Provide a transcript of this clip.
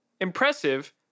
Impressive